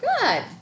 Good